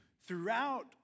throughout